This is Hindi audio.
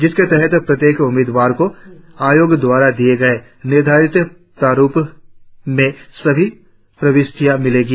जिसके तहत प्रत्येक उम्मीदवार को आयोग द्वारा दिए गए निर्धारित प्रारुप में सभी प्रविष्टियां मिलेगी